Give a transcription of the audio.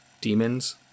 demons